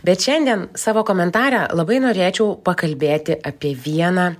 bet šiandien savo komentare labai norėčiau pakalbėti apie vieną